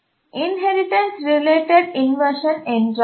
inheritance related இன்வர்ஷனிற்கு என்றால் என்ன